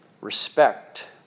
respect